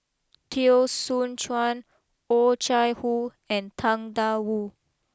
Teo Soon Chuan Oh Chai Hoo and Tang Da Wu